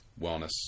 wellness